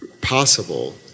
possible